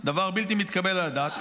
זה דבר בלתי מתקבל על הדעת.